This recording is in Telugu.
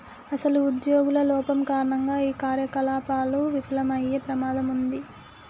అసలు ఉద్యోగుల లోపం కారణంగా ఈ కార్యకలాపాలు విఫలమయ్యే ప్రమాదం ఉంది